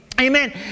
Amen